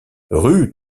rue